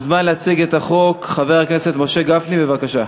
מוזמן להציג את החוק חבר הכנסת משה גפני, בבקשה.